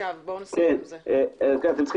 ראשית, אני מוחה